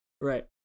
right